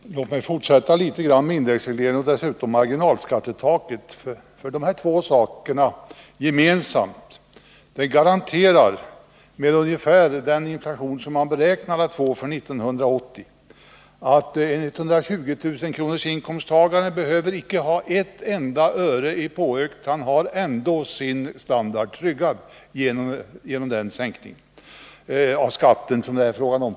Herr talman! Låt mig fortsätta litet om indexregleringen och marginalskattetaket. Med hänsyn till den ungefärliga inflation man beräknar att vi kommer att få för 1980 garanterar dessa båda saker gemensamt att 120 000-kronorsinkomsttagaren icke behöver ha ett enda öre påökt; han har ändå sin standard tryggad genom den sänkning av skatten som det är fråga om.